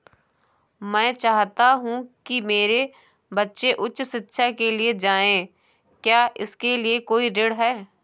मैं चाहता हूँ कि मेरे बच्चे उच्च शिक्षा के लिए जाएं क्या इसके लिए कोई ऋण है?